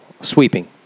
sweeping